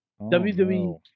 WWE